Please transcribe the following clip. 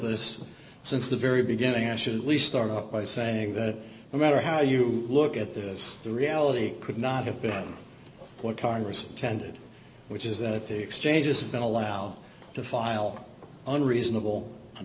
us since the very beginning i should at least start by saying that no matter how you look at this the reality could not have been what congress intended which is that the exchanges have been allowed to file unreasonable an